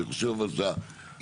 אני חשוב אבל שההסתכלות,